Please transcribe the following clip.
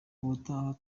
ubutaha